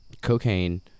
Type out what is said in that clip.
cocaine